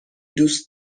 دوست